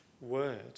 word